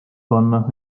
panna